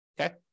okay